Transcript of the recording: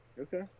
okay